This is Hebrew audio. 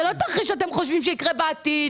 זה לא תרחיש שאתם חושבים שהוא יקרה בעתיד.